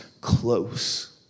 close